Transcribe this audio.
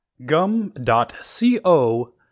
gum.co